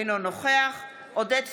אינו נוכח עודד פורר,